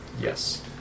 Yes